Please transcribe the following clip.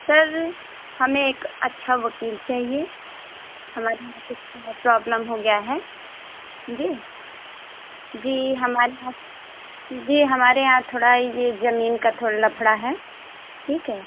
sir हमें एक अच्छा वकील चाहिए हमारे यहाँ कुछ प्रॉबलम हो गया है जी जी हमारे यहाँ जी हमारे यहाँ थोड़ा ये जमीन का थोड़ा लफड़ा है ठीक है